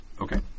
Okay